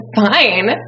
fine